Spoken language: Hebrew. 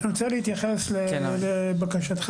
אני רוצה להתייחס לבקשתך.